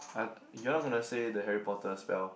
I you not gonna to say the Harry-Potter's spell